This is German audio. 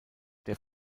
der